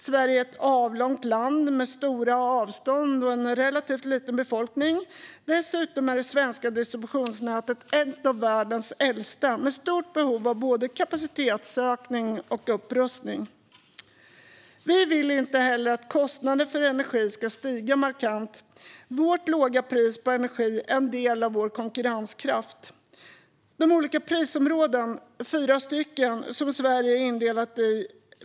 Sverige är ett avlångt land med stora avstånd och relativt liten befolkning. Dessutom är det svenska distributionsnätet ett av världens äldsta, med stort behov av både kapacitetsökning och upprustning. Vi vill heller inte att kostnaderna för energi ska stiga markant. Vårt låga pris på energi är en del av vår konkurrenskraft. Det visar de olika prisområden, fyra stycken, som Sverige är indelat i.